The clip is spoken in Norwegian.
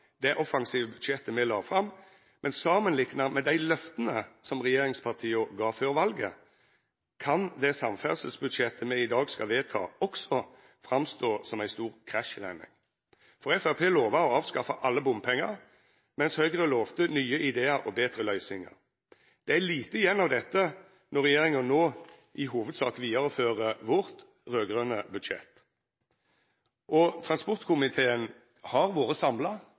det offensive budsjettet me la fram, men samanlikna med dei løfta regjeringspartia gav før valet, kan det samferdselsbudsjettet me i dag skal vedta, også stå fram som ei stor krasjlanding, for Framstegspartiet lova å avskaffa alle bompengar, medan Høgre lova nye idear og betre løysingar. Det er lite igjen av dette når regjeringa no i hovudsak vidarefører vårt raud-grøne budsjett, og transportkomiteen har vore samla